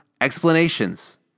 explanations